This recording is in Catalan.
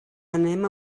anem